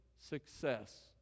success